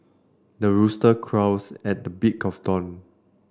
the rooster crows at the break of dawn